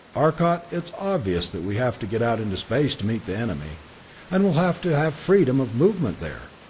arcot, it's obvious that we have to get out into space to meet the enemy and we'll have to have freedom of movement there.